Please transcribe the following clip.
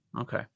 Okay